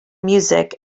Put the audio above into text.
music